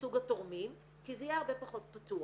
סוג התורמים, כי זה יהיה הרבה פחות פתוח,